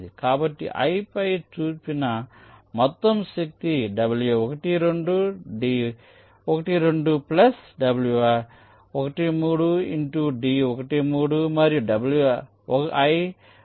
కాబట్టి i పై చూపిన మొత్తం శక్తి wi2 di2 plus wi3 di3 మరియు wi4 di4